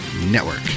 Network